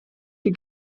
die